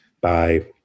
by-